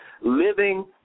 living